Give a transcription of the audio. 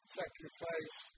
sacrifice